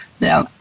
Now